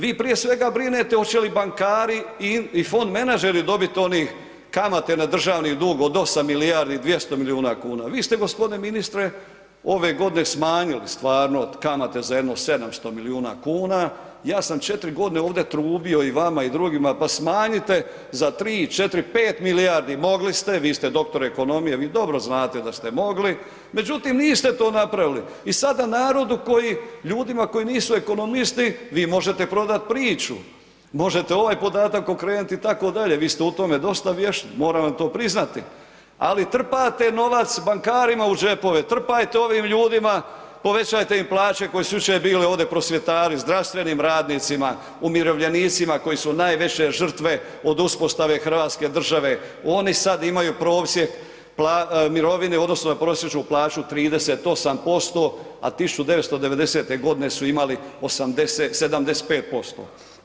Vi prije svega brinete hoće li bankari i fond menadžeri dobit onih kamate na državni dug od 8 milijardi i 200 milijuna kuna, vi ste g. ministre ove godine smanjili stvarno kamate za jedno 700 milijuna kuna, ja sam 4.g. ovde trubio i vama i drugima, pa smanjite za 3, 4, 5 milijardi, mogli ste, vi ste doktor ekonomije, vi dobro znate da ste mogli, međutim niste to napravili i sada narodu koji, ljudima koji nisu ekonomisti, vi možete prodat priču, možete ovaj podatak okrenuti itd., vi ste u tome dosta vješti, moram vam to priznati, ali trpate novac bankarima u džepove, trpajte ovim ljudima, povećajte im plaće koji su jučer bili ovdje prosvjetari, zdravstvenim radnicima, umirovljenicima koji su najveće žrtve od uspostave hrvatske države, oni sad imaju prosjek mirovine u odnosu na prosječnu plaću 38%, a 1990.g. su imali 75%